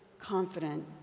confident